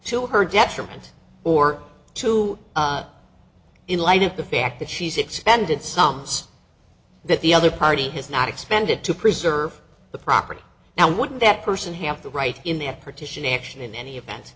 to her detriment or to in light of the fact that she's expended sums that the other party has not expanded to preserve the property now wouldn't that person have the right in that partition action in any event